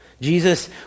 Jesus